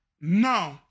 no